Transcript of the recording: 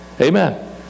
amen